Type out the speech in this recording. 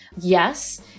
yes